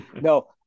No